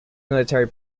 military